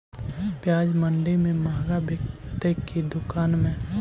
प्याज मंडि में मँहगा बिकते कि दुकान में?